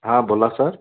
हां बोला सर